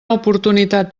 oportunitat